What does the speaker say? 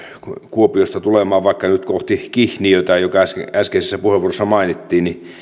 kuopiosta tulemaan vaikka nyt kohti kihniötä joka äskeisessä puheenvuorossa mainittiin